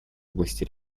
области